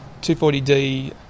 240D